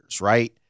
right